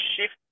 shift